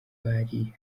bari